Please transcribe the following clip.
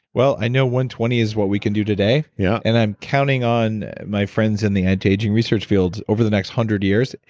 well, i know one twenty is what we can do today yeah and i'm counting on my friends in the anti-aging research fields over the next one hundred years.